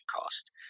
cost